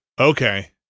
Okay